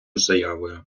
заявою